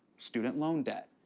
student loan debt,